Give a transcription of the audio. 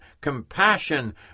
compassion